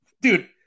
dude